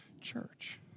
church